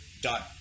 done